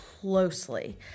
closely